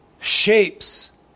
shapes